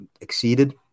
exceeded